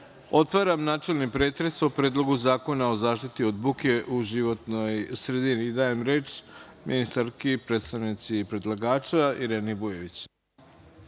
otvaram načelni pretres o Predlogu zakona o zaštiti od buke u životnoj sredini. Dajem reč ministarki, predstavnici predlagača, Ireni Vujović.